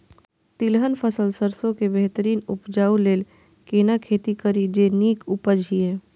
तिलहन फसल सरसों के बेहतरीन उपजाऊ लेल केना खेती करी जे नीक उपज हिय?